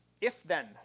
If-then